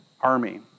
army